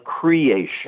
creation